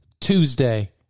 tuesday